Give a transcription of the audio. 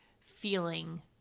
feeling